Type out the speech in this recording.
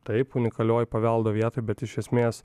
taip unikalioj paveldo vietoj bet iš esmės